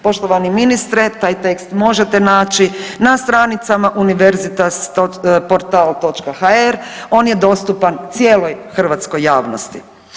Poštovani ministre, taj tekst možete naći na stranicama univerzitasportal.hr, on je dostupan cijeloj hrvatskoj javnosti.